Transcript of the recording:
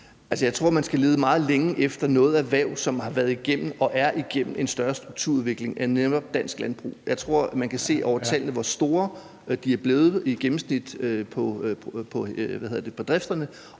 Jeg tror, man skal lede meget længe efter noget erhverv, som har været igennem og er igennem en større strukturudvikling, end netop dansk landbrug. Jeg tror, man kan se på tallene, hvor store bedrifterne er blevet i gennemsnit, og hvor